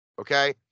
Okay